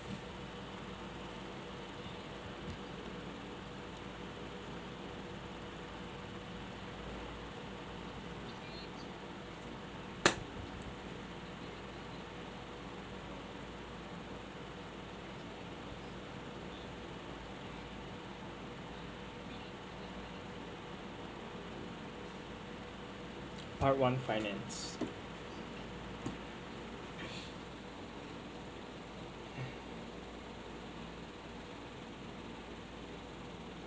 part one finance